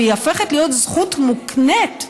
והיא הופכת להיות זכות מוקנית,